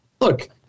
look